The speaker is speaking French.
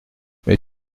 mais